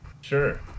Sure